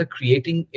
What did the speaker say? Creating